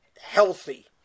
healthy